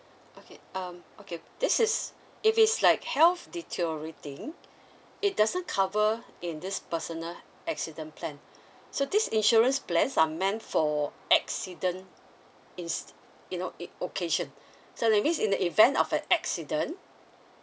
okay um okay this is if it's like health detail rating it doesn't cover in this personal accident plan so this insurance plans are meant for accident ins~ you know it occasion so that means in the event of an accident